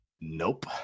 Nope